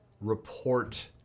report